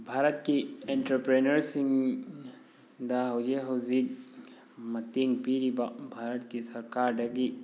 ꯚꯥꯔꯠꯀꯤ ꯑꯦꯟꯇꯔꯄ꯭ꯔꯦꯅꯔꯁꯤꯡꯗ ꯍꯧꯖꯤꯛ ꯍꯧꯖꯤꯛ ꯃꯇꯦꯡ ꯄꯤꯔꯤꯕ ꯚꯥꯔꯠꯀꯤ ꯁꯔꯀꯥꯔꯗꯒꯤ